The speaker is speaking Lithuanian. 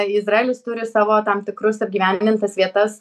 izraelis turi savo tam tikrus apgyvendintas vietas